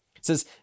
says